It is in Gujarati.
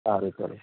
સારું ચલો